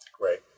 Great